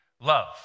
love